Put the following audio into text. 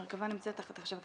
המרכב"ה נמצאת תחת החשב.